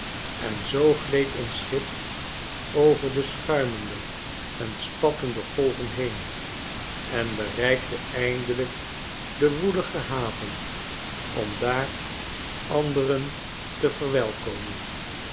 en zoo gleed ons schip over de schuimende en spattende golven heen en bereikte eindelijk de woelige haven om daar anderen te verwelkomen